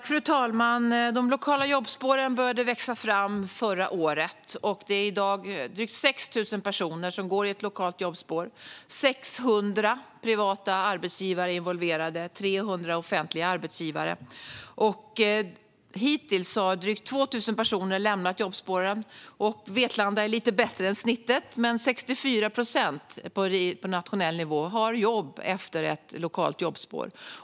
Fru talman! De lokala jobbspåren började växa fram förra året. Det är i dag drygt 6 000 personer som går i ett lokalt jobbspår. 600 privata arbetsgivare och 300 offentliga arbetsgivare är involverade. Hittills har drygt 2 000 personer lämnat jobbspåren. Vetlanda är lite bättre än snittet, men på nationell nivå har 64 procent jobb efter ett lokalt jobbspår.